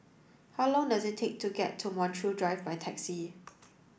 how long does it take to get to Montreal Drive by taxi